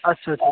अच्छा अच्छा